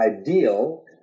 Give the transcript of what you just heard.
ideal